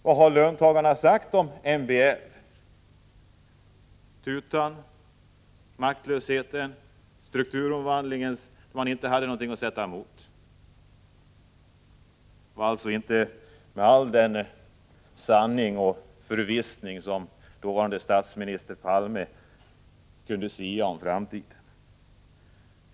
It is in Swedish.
Vad har löntagarna sagt om MBL? Man har talat om ”tutan”, om maktlösheten och om strukturomvandlingen, där man inte haft någonting att sätta emot. Det var alltså inte särskilt mycket sanning som låg bakom uttalandena, när statsminister Palme ansåg att han med förvissning kunde sia om framtiden.